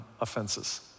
offenses